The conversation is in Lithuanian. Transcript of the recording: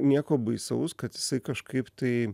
nieko baisaus kad jisai kažkaip tai